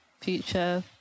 future